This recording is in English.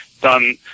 done